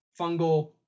fungal